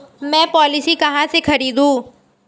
मैं पॉलिसी कहाँ से खरीदूं?